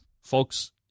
folks